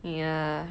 ya